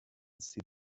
see